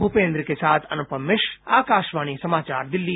भूपेन्द्र के साथ अनुपम मिश्र आकाशवाणी समाचार दिल्ली